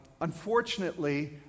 Unfortunately